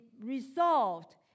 resolved